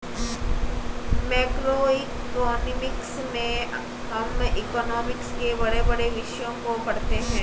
macroeconomics में हम economics के बड़े बड़े विषयों को पढ़ते हैं